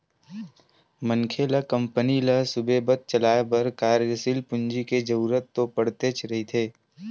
मनखे ल कंपनी ल सुबेवत चलाय बर कार्यसील पूंजी के जरुरत तो पड़तेच रहिथे